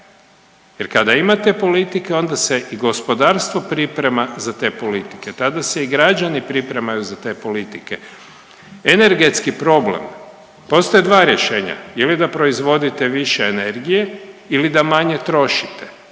jer kada imate politike onda se i gospodarstvo priprema za te politike, tada se i građani pripremaju za te politike. Energetski problem, postoje dva rješenja ili da proizvodite više energije ili da manje trošite,